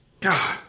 God